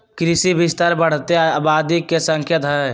कृषि विस्तार बढ़ते आबादी के संकेत हई